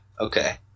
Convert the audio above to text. Okay